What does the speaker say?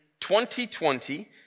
2020